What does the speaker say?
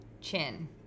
Chin